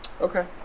Okay